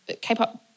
K-pop